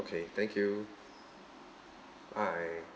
okay thank you bye